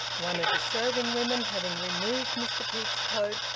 one of the serving-women, having removed mr peake's coat,